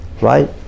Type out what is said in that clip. right